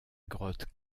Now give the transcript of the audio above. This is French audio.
grotte